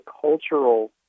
cultural